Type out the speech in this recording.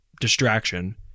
distraction